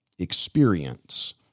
experience